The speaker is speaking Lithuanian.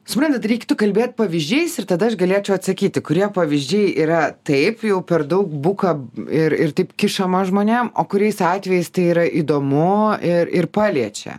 suprantat reiktų kalbėti pavyzdžiais ir tada aš galėčiau atsakyti kurie pavyzdžiai yra taip jau per daug buka ir ir taip kišama žmonėm o kuriais atvejais tai yra įdomu ir ir paliečia